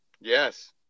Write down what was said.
Yes